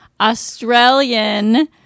Australian